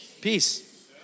Peace